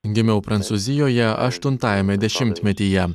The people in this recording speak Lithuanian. gimiau prancūzijoje aštuntajame dešimtmetyje jam